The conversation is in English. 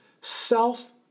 self